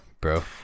Bro